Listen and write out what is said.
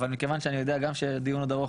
אבל מכיוון שאני יודע שהדיון עוד ארוך